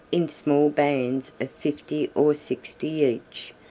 in small bands of fifty or sixty each,